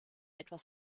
etwas